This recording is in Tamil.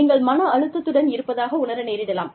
நீங்கள் மன அழுத்தத்துடன் இருப்பதாக உணர நேரிடலாம்